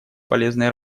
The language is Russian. полезной